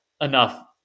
enough